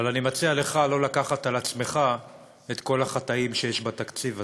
אבל אני מציע לך שלא לקחת על עצמך את כל החטאים שיש בתקציב הזה,